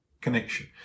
connection